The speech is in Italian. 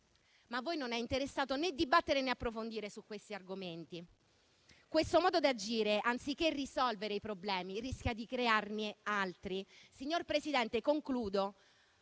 Ma a voi non è interessato né dibattere, né approfondire questi argomenti. Questo modo di agire, anziché risolvere i problemi, rischia di crearne altri. Signor Presidente, concludo.